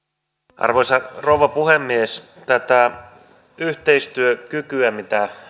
arvoisa rouva puhemies tästä yhteistyökyvystä mitä